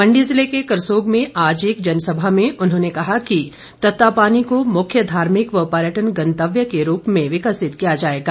मण्डी जिले के करसोग में आज एक जनसभा में उन्होंने कहा कि ततापानी को मुख्य धार्मिक व पर्यटन गंतव्य के रूप में विकसित किया जाएगा